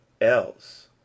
else